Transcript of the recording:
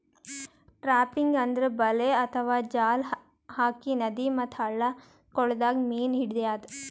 trapping ಅಂದ್ರ ಬಲೆ ಅಥವಾ ಜಾಲ್ ಹಾಕಿ ನದಿ ಮತ್ತ್ ಹಳ್ಳ ಕೊಳ್ಳದಾಗ್ ಮೀನ್ ಹಿಡ್ಯದ್